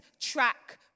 track